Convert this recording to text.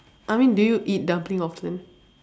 I mean do you eat dumpling often